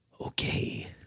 okay